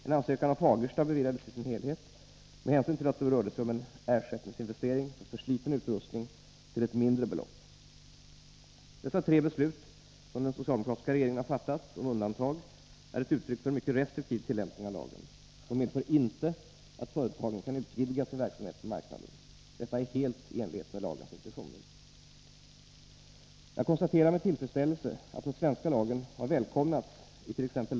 En ansökan av Fagersta AB beviljades i sin helhet, med hänsyn till att det rörde sig om en ersättningsinvestering för försliten utrustning till ett mindre belopp. Dessa tre beslut som den socialdemokratiska regeringen har fattat om undantag är ett uttryck för en mycket restriktiv tillämpning av lagen. De medför inte att företagen kan utvidga sin verksamhet på marknaden. Detta är helt i enlighet med lagens intentioner. Jag konstaterar med tillfredsställelse att den svenska lagen har välkomnats it.ex.